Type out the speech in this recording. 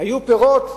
היו פירות,